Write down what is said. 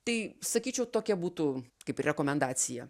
tai sakyčiau tokia būtų kaip rekomendacija